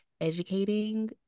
educating